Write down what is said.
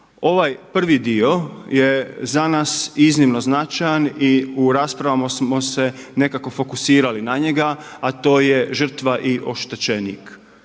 Ovaj prvi dio je za nas iznimno značajan i u raspravama smo se nekako fokusirali na njega, a to je žrtva i oštećenik.